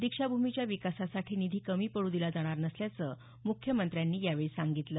दीक्षाभूमीच्या विकासासाठी निधी कमी पडू दिला जाणार नसल्याचं मुख्यमंत्र्यांनी यावेळी सांगितलं